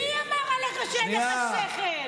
מי אמר עליך שאין לך שכל?